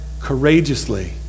courageously